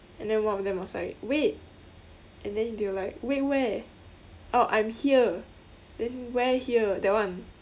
and then one of them was like wait and then they were like wait where oh I'm here then where here that one